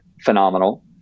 phenomenal